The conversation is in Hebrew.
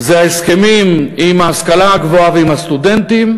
זה ההסכמים עם מוסדות ההשכלה הגבוהה ועם הסטודנטים,